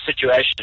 situation